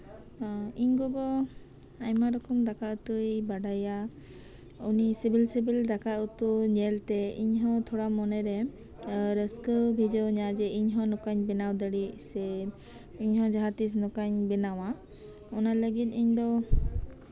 ᱤᱧ ᱜᱚᱜᱚ ᱟᱭᱢᱟ ᱨᱚᱠᱚᱢ ᱫᱟᱠᱟ ᱩᱛᱩᱭ ᱵᱟᱰᱟᱭᱟ ᱩᱱᱤ ᱥᱤᱵᱤᱞ ᱫᱟᱠᱟ ᱩᱛᱩ ᱧᱮᱞᱛᱮ ᱤᱧᱦᱚᱸ ᱛᱷᱚᱲᱟ ᱢᱚᱱᱮᱨᱮ ᱨᱟᱹᱥᱠᱟᱹ ᱵᱷᱤᱡᱟᱹᱣ ᱤᱧᱟ ᱤᱧᱦᱚᱸ ᱱᱚᱝᱠᱟᱧ ᱵᱮᱱᱟᱣ ᱫᱟᱲᱮᱭᱟᱜ ᱥᱮ ᱤᱧ ᱦᱚᱸ ᱡᱟᱸᱦᱟᱛᱤᱥ ᱱᱚᱝᱠᱟᱧ ᱵᱮᱱᱟᱣᱟ ᱚᱱᱟ ᱞᱟᱹᱜᱤᱫ ᱤᱧ ᱫᱚ